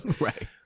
Right